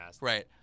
Right